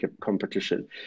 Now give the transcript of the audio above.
competition